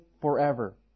forever